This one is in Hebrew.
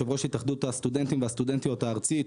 יושב ראש התאחדות הסטודנטים והסטודנטיות הארצית.